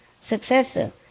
successor